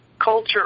culture